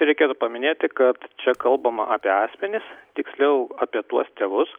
reikėtų paminėti kad čia kalbama apie asmenis tiksliau apie tuos tėvus